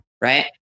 Right